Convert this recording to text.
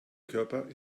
körper